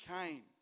came